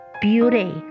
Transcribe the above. beauty